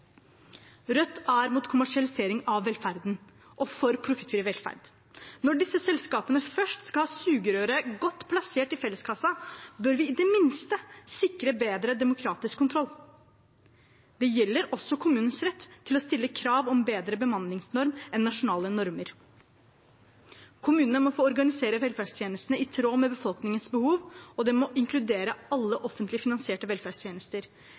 Rødt er imot kommersialisering av velferden og for profittfri velferd. Når disse selskapene først skal ha sugerøret godt plassert i felleskassa, bør vi i det minste sikre bedre demokratisk kontroll. Det gjelder også kommunenes rett til å stille krav om bedre bemanningsnorm enn nasjonale normer. Kommunene må få organisere velferdstjenestene i tråd med befolkningens behov, og det må inkludere alle offentlig finansierte velferdstjenester.